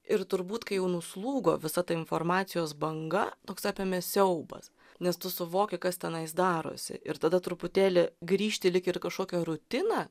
ir turbūt kai jau nuslūgo visa ta informacijos banga toks apėmė siaubas nes tu suvoki kas tenais darosi ir tada truputėlį grįžti lyg ir į kažkokią rutiną